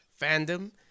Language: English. fandom